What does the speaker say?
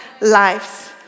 lives